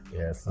Yes